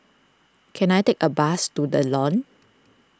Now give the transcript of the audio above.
can I take a bus to the Lawn